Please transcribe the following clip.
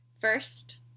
First